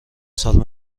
سال